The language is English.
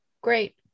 Great